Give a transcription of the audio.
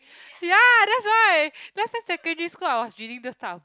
ya that's why that's why secondary school I was reading this type of